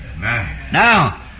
Now